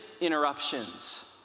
interruptions